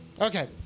Okay